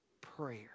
Prayer